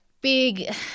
big